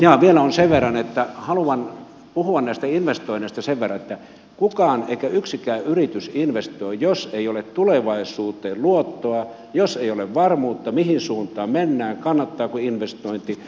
jaa vielä on sen verran että haluan puhua näistä investoinneista sen verran että kukaan tai yksikään yritys ei investoi jos ei ole tulevaisuuteen luottoa jos ei ole varmuutta mihin suuntaan mennään kannattaako investointi